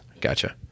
Gotcha